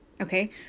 okay